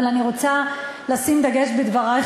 אבל אני רוצה לשים דגש בדברי,